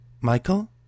Michael